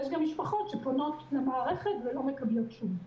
יש גם משפחות שפונות למערכת ולא מקבלות תשובות.